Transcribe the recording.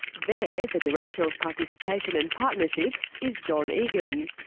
there, the director of participation and partnerships is john egan.